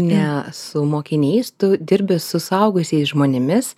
ne su mokiniais tu dirbi su suaugusiais žmonėmis